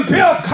Bill